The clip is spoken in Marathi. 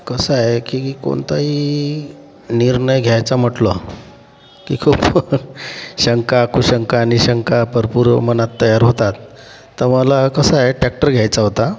कसं आहे की कोणताही निर्णय घ्यायचा म्हटलं की खूप शंका कुशंका निशंका भरपूर मनात तयार होतात तर मला कसं आहे टॅक्टर घ्यायचा होता